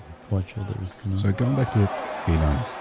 quite sure there is no going back to keylong.